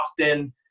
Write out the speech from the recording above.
often